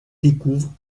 découvre